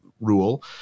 rule